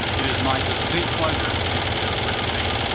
it is my distinct pleasure to introduce richard theime.